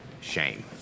shame